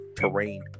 terrain